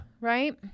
Right